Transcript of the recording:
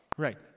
Right